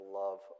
love